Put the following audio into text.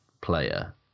player